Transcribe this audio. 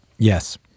Yes